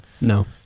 No